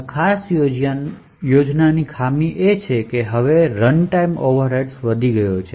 આ ખાસ યોજનાની ખામી એ છે કે હવે રનટાઇમ ઓવરહેડ્સ વધી ગયા છે